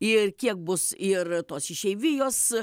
ir kiek bus ir tos išeivijos